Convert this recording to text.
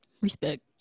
Respect